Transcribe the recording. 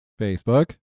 facebook